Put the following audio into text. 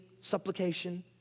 supplication